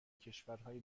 کشورای